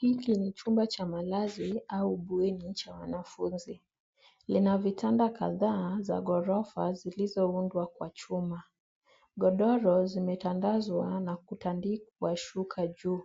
Hiki ni chumba cha malazi au bweni cha wanafunzi. Lina vitanda kadhaa za ghorofa zilizoundwa kwa chuma. Godoro zimetandazwa na kutandikwa shuka juu.